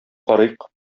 карыйк